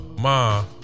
Ma